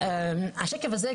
את השקף הזה,